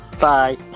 Bye